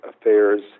affairs